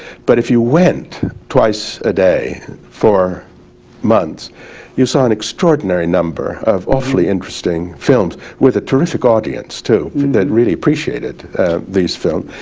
but if you went twice a day for months you saw an extraordinary number of awfully interesting films with a terrific audience too that really appreciated these films.